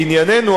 בענייננו,